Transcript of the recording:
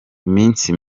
iminsi